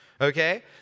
Okay